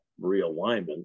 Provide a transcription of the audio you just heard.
realignment